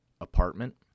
Apartment